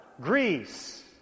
Greece